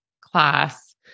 class